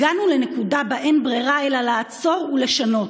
הגענו לנקודה שבה אין ברירה אלא לעצור ולשנות,